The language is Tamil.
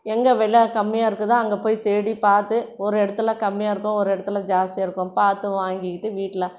எங்கே விலை கம்மியாக இருக்குதோ அங்கே போய் தேடி பார்த்து ஒரு இடத்துல கம்மியாக இருக்கும் ஒரு இடத்துல ஜாஸ்தியாக இருக்கும் பார்த்து வாங்கிக்கிட்டு வீட்டில